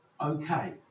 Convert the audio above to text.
okay